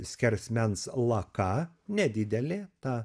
skersmens laka nedidelė ta